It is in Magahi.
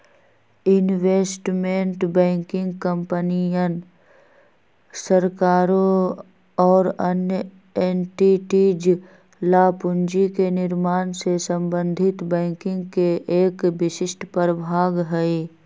इन्वेस्टमेंट बैंकिंग कंपनियन, सरकारों और अन्य एंटिटीज ला पूंजी के निर्माण से संबंधित बैंकिंग के एक विशिष्ट प्रभाग हई